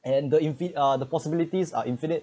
and the infi~ uh the possibilities are infinite